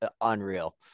unreal